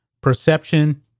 perception